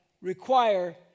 require